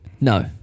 No